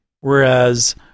Whereas